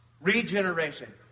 Regeneration